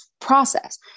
process